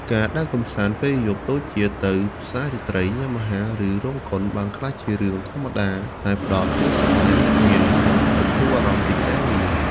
ការដើរកម្សាន្តពេលយប់ដូចជាទៅផ្សាររាត្រី ញ៉ាំអាហារ ឬរោងកុន បានក្លាយជារឿងធម្មតាដែលផ្តល់ភាពសប្បាយរីករាយ និងបន្ធូរអារម្មណ៍ពីការងារ។